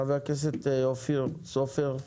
ח"כ אופיר סופר,